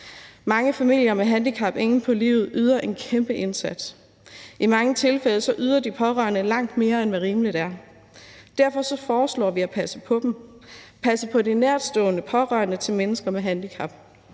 Mange familier med handicap inde på livet yder en kæmpe indsats. I mange tilfælde yder de pårørende langt mere, end hvad rimeligt er. Derfor foreslår vi at passe på dem; passe på de nærtstående pårørende til mennesker med handicap,